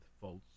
false